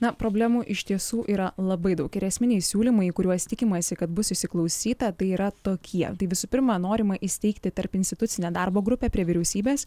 na problemų iš tiesų yra labai daug ir esminiai siūlymai į kuriuos tikimasi kad bus įsiklausyta tai yra tokie tai visų pirma norima įsteigti tarpinstitucinę darbo grupę prie vyriausybės